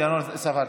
את ינון ספרתי.